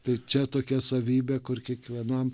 tai čia tokia savybė kur kiekvienam